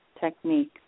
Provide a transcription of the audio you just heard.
technique